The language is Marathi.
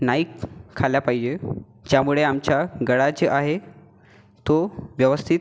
नाही खाल्ल्या पाहिजे ज्यामुळे आमचा गळा जे आहे तो व्यवस्थित